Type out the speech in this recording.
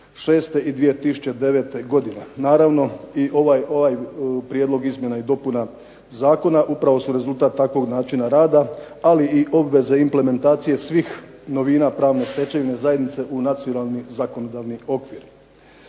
2006. i 2009. godine, naravno i ovaj prijedlog izmjena i dopuna zakona upravo su rezultat takvog načina rada, ali i obveze implementacije svih novina pravne stečevine zajednice u nacionalni zakonodavni okvir.